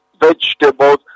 vegetables